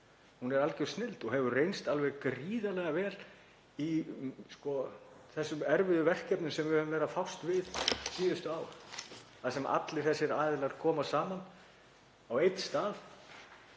hún er algjör snilld og hefur reynst alveg gríðarlega vel í þessum erfiðu verkefnum sem við höfum verið að fást við síðustu ár. Þar koma allir þessir aðilar saman á einn stað